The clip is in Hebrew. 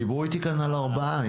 דיברו איתי כאן על ארבעה,